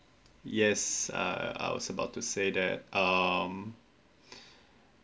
yes uh I was about to say that um